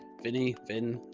vinny finn.